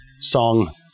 song